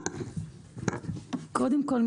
קודם כל,